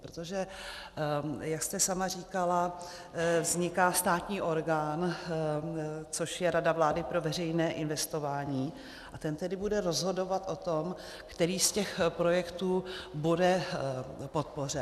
Protože jak jste sama říkala, vzniká státní orgán, což je Rada vlády pro veřejné investování, a ten bude rozhodovat o tom, který z těch projektů bude podpořen.